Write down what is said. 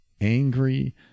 angry